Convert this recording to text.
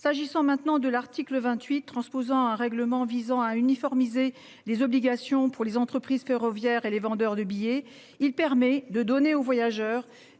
s'agissant maintenant de l'article 28, transposant un règlement visant à uniformiser les obligations pour les entreprises ferroviaires et les vendeurs de billets. Il permet de donner aux voyageurs